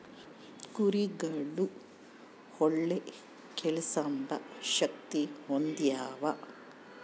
ಕುರಿಗುಳು ಒಳ್ಳೆ ಕೇಳ್ಸೆಂಬ ಶಕ್ತಿ ಹೊಂದ್ಯಾವ